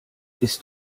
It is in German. ist